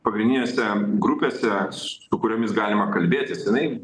pagrindinėse grupėse su kuriomis galima kalbėtis jinai